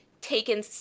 taken